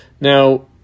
Now